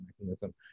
mechanism